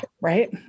right